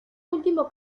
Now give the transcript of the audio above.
último